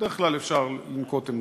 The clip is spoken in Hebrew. בדרך כלל, אפשר לנקוט עמדה.